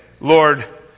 Lord